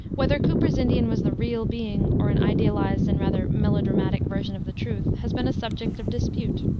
whether cooper's indian was the real being, or an idealized and rather melo-dramatic version of the truth, has been a subject of dispute.